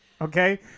Okay